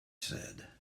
said